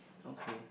okay